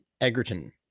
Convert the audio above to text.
Egerton